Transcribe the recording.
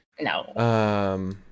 No